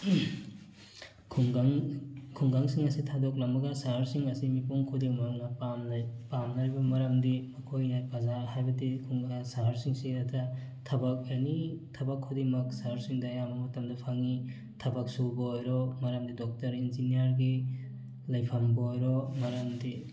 ꯈꯨꯡꯒꯪ ꯈꯨꯡꯒꯪꯁꯤꯡ ꯑꯁꯤ ꯊꯥꯗꯣꯛꯂꯝꯃꯒ ꯁꯍꯔꯁꯤꯡ ꯑꯁꯤ ꯃꯤꯄꯨꯝ ꯈꯨꯗꯤꯡꯃꯛꯅ ꯄꯥꯝꯅ ꯄꯥꯝꯅꯔꯤꯕ ꯃꯔꯝꯗꯤ ꯃꯈꯣꯏꯅ ꯄ꯭ꯔꯖꯥ ꯍꯥꯏꯕꯗꯤ ꯁꯍꯔꯁꯤꯡꯁꯤ ꯍꯦꯛꯇ ꯊꯕꯛ ꯑꯦꯅꯤ ꯊꯕꯛ ꯈꯨꯗꯤꯡꯃꯛ ꯁꯍꯔꯁꯤꯡꯗ ꯑꯌꯥꯝꯕ ꯃꯇꯝꯗ ꯐꯪꯉꯤ ꯊꯕꯛ ꯁꯨꯕ ꯑꯣꯏꯔꯣ ꯃꯔꯝꯗꯤ ꯗꯣꯛꯇꯔ ꯏꯟꯖꯤꯅꯤꯌꯥꯔꯒꯤ ꯂꯩꯐꯝꯕꯨ ꯑꯣꯏꯔꯣ ꯃꯔꯝꯗꯤ